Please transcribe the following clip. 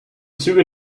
züge